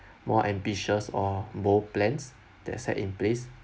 more ambitious or bold plans that set in place